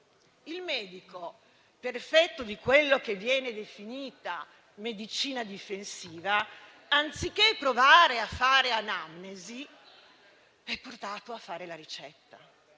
Il medico, per effetto di quella che viene definita medicina difensiva, anziché provare a fare anamnesi, è portato a fare la ricetta.